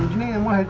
me and what